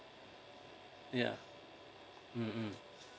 yeah mmhmm